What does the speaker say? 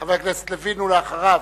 חבר הכנסת לוין, ואחריו,